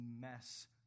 mess